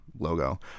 logo